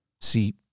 See